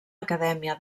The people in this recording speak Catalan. acadèmia